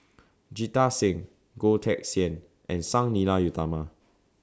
Jita Singh Goh Teck Sian and Sang Nila Utama